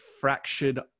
fractured